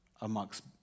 amongst